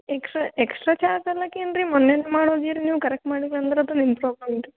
extra extra charge ಎಲ್ಲಕ್ಕೆ ಏನು ರೀ ಮೊನ್ನೇನು ಮಾಡಿ ಹೋಗಿರಿ ನೀವು ಕರೆಕ್ಟ್ ಮಾಡಿಲ್ಲ ಅಂದ್ರೆ ಅದು ನಿಮ್ಮ ಪ್ರಾಬ್ಲಮ್ ರೀ